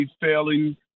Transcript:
failing